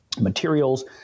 materials